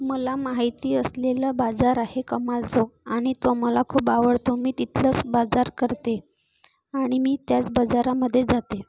मला माहिती असलेला बाजार आहे कमाल चौक आणि तो मला खूप आवडतो मी तिथूनच बाजार करते आणि मी त्याच बाजारामध्ये जाते